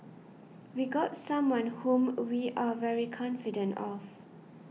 we got someone whom we are very confident of